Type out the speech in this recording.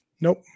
Nope